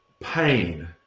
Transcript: pain